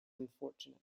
unfortunate